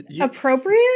appropriate